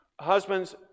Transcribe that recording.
husbands